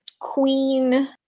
Queen